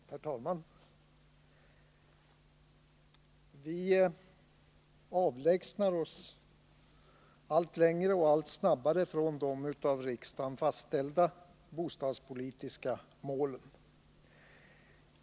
Herr talman! Vi avlägsnar oss allt längre och allt snabbare från de av riksdagen fastställda bostadspolitiska målen.